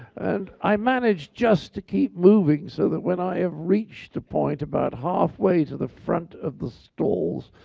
and i manage just to keep moving, so that when i have reached a point about halfway to the front of the stalls,